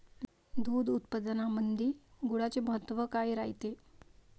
दूध उत्पादनामंदी गुळाचे महत्व काय रायते?